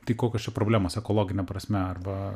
tai kokios čia problemos ekologine prasme arba